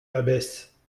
abbesse